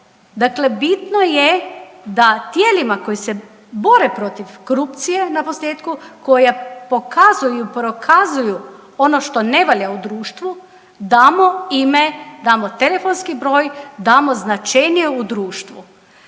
Dakle, bitno je da tijelima koji se bore protiv korupcije naposljetku, koja pokazuju, prokazuju ono što ne valja u društvu damo ime, damo telefonski broj, damo značenje u društvu.